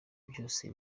byose